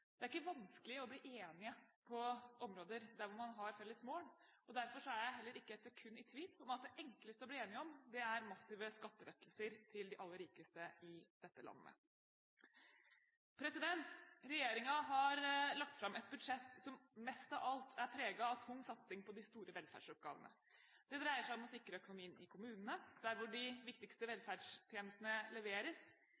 Det er ikke vanskelig å bli enig på områder der man har felles mål. Derfor er jeg heller ikke et sekund i tvil om at det enkleste å bli enig om, er massive skattelettelser til de aller rikeste i dette landet. Regjeringen har lagt fram et budsjett som mest av alt er preget av tung satsing på de store velferdsoppgavene. Det dreier seg om å sikre økonomien i kommunene, der de viktigste